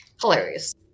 hilarious